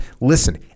listen